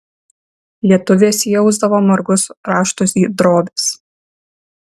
lietuvės įausdavo margus raštus į drobes